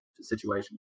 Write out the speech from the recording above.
situation